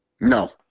No